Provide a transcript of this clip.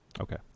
Okay